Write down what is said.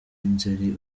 nzeri